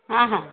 हँ हँ